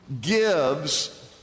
gives